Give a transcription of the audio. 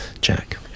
jack